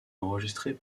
enregistrés